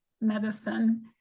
medicine